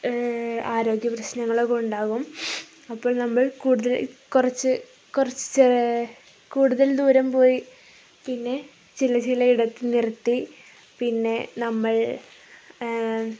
ആരോഗ്യ പ്രശ്നങ്ങളൊക്കെ ഉണ്ടാകും അപ്പോൾ നമ്മൾ കൂടുതൽ കുറച്ചു കുറച്ചു കൂടുതൽ ദൂരം പോയി പിന്നെ ചില ചിലയിടത്തു നിർത്തി പിന്നെ നമ്മൾ